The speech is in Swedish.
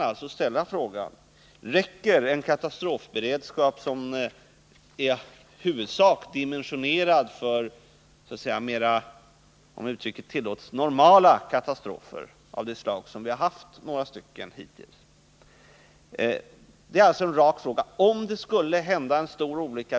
Räcker då en katastrofberedskap som är i huvudsak dimensionerad för så att säga, om uttrycket tillåts, ”mera normala” katastrofer, av det slag som vi har haft några stycken av hittills?